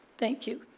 thank you.